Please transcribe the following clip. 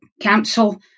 council